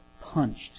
punched